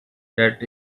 that